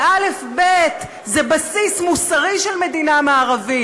זה אלף-בית, זה בסיס מוסרי של מדינה מערבית.